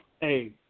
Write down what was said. hey